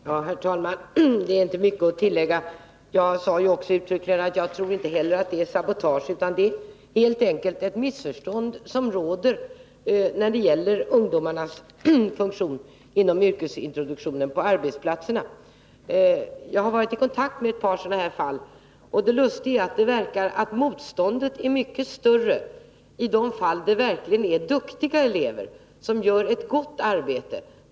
Herr talman! Det är inte mycket att tillägga. Jag sade också uttryckligen att inte heller jag tror att det är sabotage utan att det helt enkelt råder ett missförstånd när det gäller ungdomarnas funktion inom yrkesintroduktionen på arbetsplatserna. Jag har varit i kontakt med ett par sådana här fall. Det lustiga är att det verkar som om motståndet är mycket större i de fall där det verkligen är fråga om duktiga elever, som gör ett gott arbete.